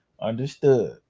Understood